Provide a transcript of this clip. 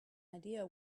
idea